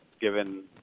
given